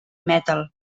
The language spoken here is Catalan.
metal